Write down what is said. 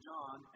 John